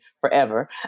forever